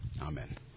amen